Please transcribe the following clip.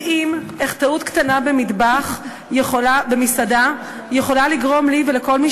מדהים איך טעות קטנה במטבח במסעדה יכולה לגרום לי ולכל מי